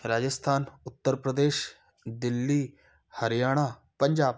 Rajasthan Uttar Pradesh Delhi Haryana Punjab